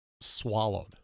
swallowed